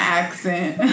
accent